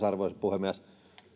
arvoisa puhemies